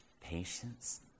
patience